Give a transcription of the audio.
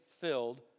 filled